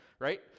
Right